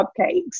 cupcakes